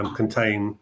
contain